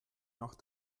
nach